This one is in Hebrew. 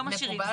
לא משאירים.